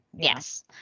Yes